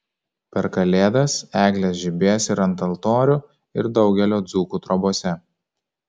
per kalėdas eglės žibės ir ant altorių ir daugelio dzūkų trobose